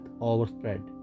overspread